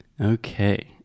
Okay